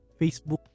Facebook